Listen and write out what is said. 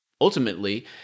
Ultimately